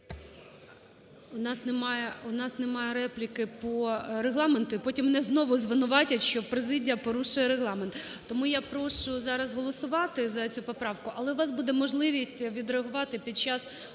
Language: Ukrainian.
У нас немає репліки по Регламенту. І потім мене знову звинуватять, що президія порушує Регламент. Тому я прошу зараз голосувати за цю поправку, але у вас буде можливість відреагувати під час